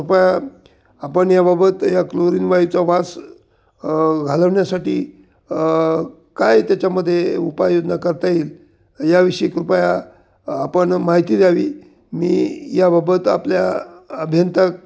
कृपया आपण याबाबत या क्लोरीनवाईचा वास घालवण्यासाठी काय त्याच्यामध्ये उपायोजना करता येईल याविषयी कृपया आपण माहिती द्यावी मी याबाबत आपल्या अभियंता